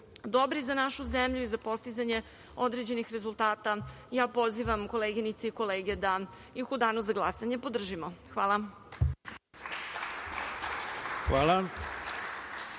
dobri za našu zemlju, za postizanje određenih rezultata, pozivam koleginice i kolege da ih u danu za glasanje podržimo. Hvala.